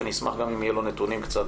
שאני אשמח גם אם יהיו לו נתונים קצת